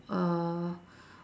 uh